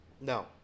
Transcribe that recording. No